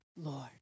Lord